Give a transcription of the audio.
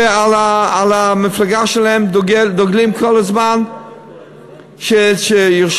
שבמפלגה שלהם דוגלים כל הזמן בירושלים.